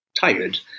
tired